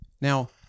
Now